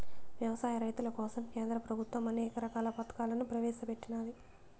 వ్యవసాయ రైతుల కోసం కేంద్ర ప్రభుత్వం అనేక రకాల పథకాలను ప్రవేశపెట్టినాది